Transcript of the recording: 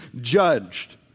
judged